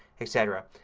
etc.